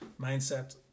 mindset